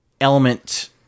element